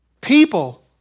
People